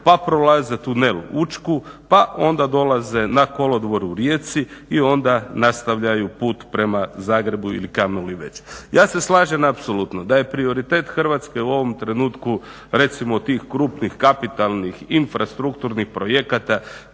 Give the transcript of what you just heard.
pa prolaze tunel Učku pa onda dolaze na kolodvor u Rijeci i onda nastavljaju put prema Zagrebu ili kamo li već. Ja se slažem apsolutno da je prioritet Hrvatske u ovom trenutku recimo tih krupnih kapitalnih infrastrukturnih projekata,